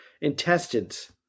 intestines